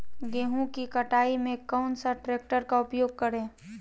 गेंहू की कटाई में कौन सा ट्रैक्टर का प्रयोग करें?